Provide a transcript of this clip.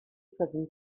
seven